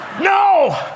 No